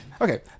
okay